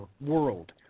world